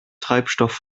treibstoff